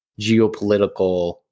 geopolitical